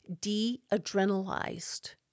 de-adrenalized